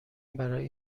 برای